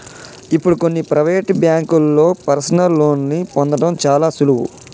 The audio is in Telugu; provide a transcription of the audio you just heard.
ఇప్పుడు కొన్ని ప్రవేటు బ్యేంకుల్లో పర్సనల్ లోన్ని పొందడం చాలా సులువు